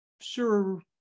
sure